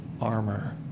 armor